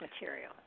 material